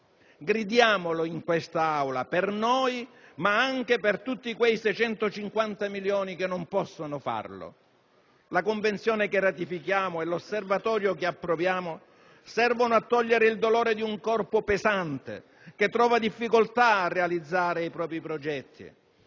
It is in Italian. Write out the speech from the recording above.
Gridiamolo in questa Aula per noi ma anche per tutti quei 650 milioni che non possono farlo. La Convenzione che ratifichiamo e l'Osservatorio che approviamo servono a togliere il dolore di un corpo "pesante" che trova difficoltà a realizzare i propri progetti.